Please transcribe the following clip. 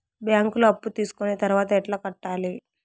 బ్యాంకులో అప్పు తీసుకొని తర్వాత ఎట్లా కట్టాలి?